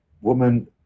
woman